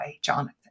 Jonathan